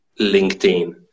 LinkedIn